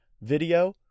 video